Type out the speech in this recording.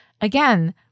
again